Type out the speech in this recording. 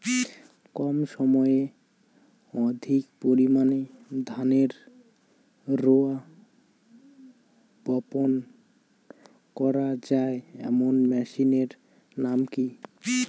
কম সময়ে অধিক পরিমাণে ধানের রোয়া বপন করা য়ায় এমন মেশিনের নাম কি?